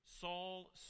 Saul